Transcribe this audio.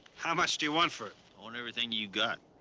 how much do you want for it? i want everything you've got.